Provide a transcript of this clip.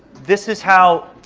this is how,